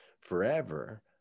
forever